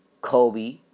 Kobe